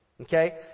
Okay